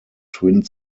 twin